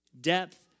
depth